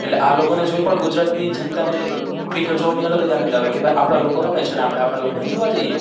એટલે આ લોકોને જોઈ પણ ગુજરાતની જનતાને ક્રિકેટ જોવાની અલગ જ આનંદ આવે કે ભાઈ આપણા લોકો રમે છે ને આપણે આપણા લોકોને જોવા જઈએ